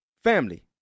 Family